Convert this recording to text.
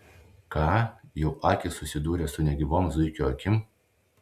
ką jo akys susidūrė su negyvom zuikio akim